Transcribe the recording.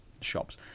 shops